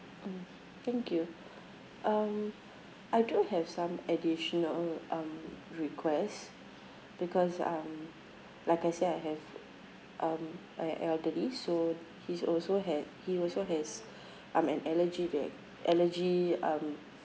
mm thank you um I do have some additional um request because um like I say I have um a elderly so he's also had he also has um an allergy that allergy um